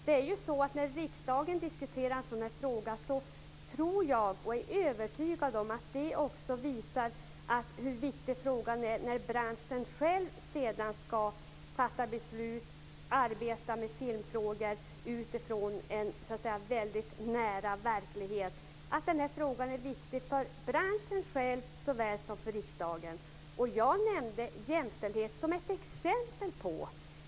Det är ju så att när riksdagen diskuterar en sådan här fråga tror jag, och är övertygad om, att det också visar hur viktig frågan är när branschen själv sedan ska fatta beslut och arbeta med filmfrågor utifrån en nära verklighet. Frågan är viktig för branschen själv såväl som för riksdagen. Jag nämnde jämställdhet som ett exempel.